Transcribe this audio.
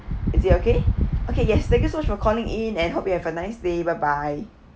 is it okay okay yes thank you so much for calling in and hope you have a nice day bye bye